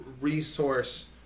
Resource